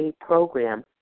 program